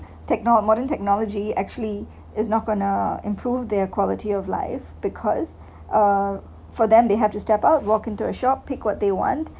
techno of modern technology actually is not gonna improve their quality of life because uh for them they have to step out walk into a shop pick what they want